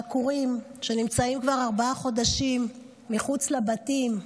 העקורים שנמצאים כבר ארבעה חודשים מחוץ לבתים,